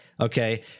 okay